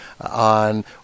on